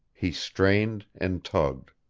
he strained and tugged.